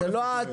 זה לא העתיד.